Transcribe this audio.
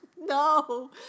No